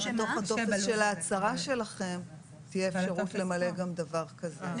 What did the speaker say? אולי בתוך הטופס של ההצהרה תהיה אפשרות למלא גם דבר כזה,